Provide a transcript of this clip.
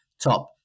top